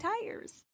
tires